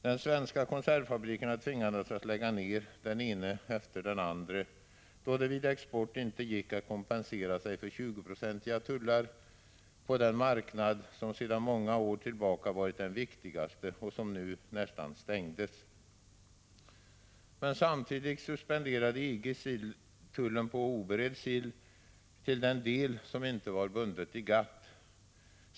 De svenska konservfabrikerna tvingades att lägga ner, den ena efter den andra, då det vid export inte gick att kompensera sig för 20-procentiga tullar på den marknad som sedan många år tillbaka varit den viktigaste och som nu nästan stängdes. Men samtidigt suspenderade EG tullen på oberedd sill till den del som inte var bunden i GATT.